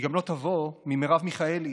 היא גם לא תבוא ממרב מיכאלי,